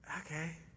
Okay